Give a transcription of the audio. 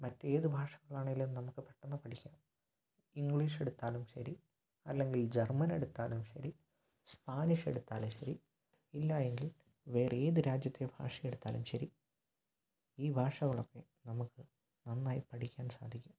മറ്റേതു ഭാഷകളാണേലും നമുക്ക് പെട്ടന്ന് പഠിക്കാം ഇംഗ്ലീഷ് എടുത്താലും ശരി അല്ലെങ്കില് ജര്മ്മന് എടുത്താലും ശരി സ്പാനിഷ് എടുത്താലും ശരി ഇല്ലാ എങ്കില് വേറെ ഏതു രാജ്യത്തെ ഭാഷ എടുത്താലും ശരി ഈ ഭാഷകളൊക്കെ നമുക്ക് നന്നായി പഠിക്കാന് സാധിക്കും